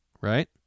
Right